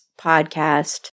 podcast